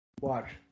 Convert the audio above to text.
Watch